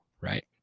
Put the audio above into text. right